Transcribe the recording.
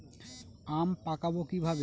আম পাকাবো কিভাবে?